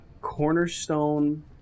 cornerstone